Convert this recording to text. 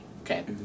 Okay